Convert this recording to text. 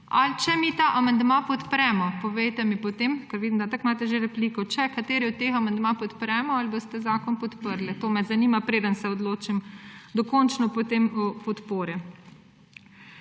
Ali če mi ta amandma podpremo, povejte mi potem, ker vidim, da itak imate že repliko, če katerega od teh amandmajev podpremo, ali boste zakon podprli? To me zanima, preden se odločim dokončno potem o podpori.